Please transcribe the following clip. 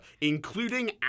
including